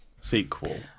sequel